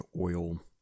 oil